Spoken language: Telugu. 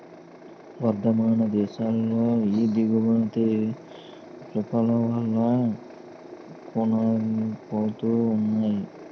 వర్థమాన దేశాలు ఈ దిగుమతి సుంకాల వల్లే కూనారిల్లిపోతున్నాయి